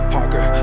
Parker